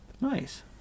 Nice